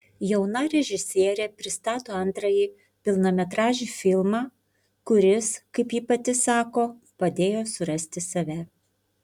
jauna režisierė pristato antrąjį pilnametražį filmą kuris kaip ji pati sako padėjo surasti save